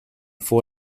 four